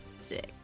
Sick